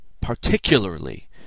particularly